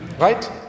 right